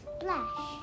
Splash